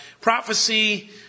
prophecy